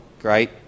Great